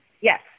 Yes